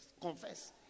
confess